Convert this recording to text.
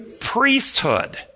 priesthood